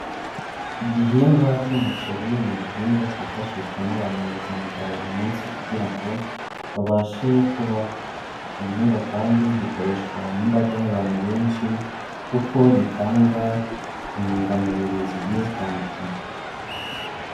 Igihingwa cy'umuceri ni igihingwa kifashishwa n'abantu mu buzima bwa buri munsi kugira ngo babashe kubaho, iki gihingwa kandi gikoreshwa n'imbaga y'abantu benshi kuko gitanga intungamubiri zigiye zitandukanye.